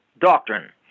doctrine